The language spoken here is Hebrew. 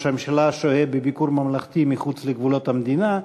הממשלה שוהה בביקור ממלכתי מחוץ לגבולות המדינה,